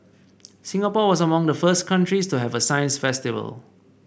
Singapore was among the first countries to have a science festival